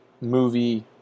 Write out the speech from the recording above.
movie